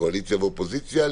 קואליציה ואופוזיציה,